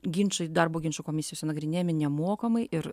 ginčai darbo ginčų komisijose nagrinėjami nemokamai ir